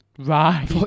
Right